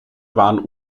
waren